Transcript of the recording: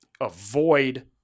avoid